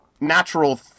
natural